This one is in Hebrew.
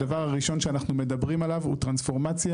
הדבר הראשון שאנחנו מדברים עליו הוא טרנספורמציה